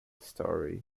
story